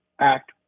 act